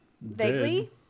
Vaguely